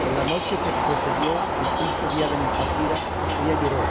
pero la noche que precedió al triste día de mi partida ella lloró